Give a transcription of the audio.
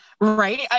Right